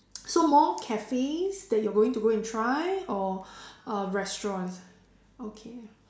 so more cafes that you are going to go and try or uh restaurants okay